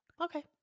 okay